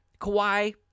Kawhi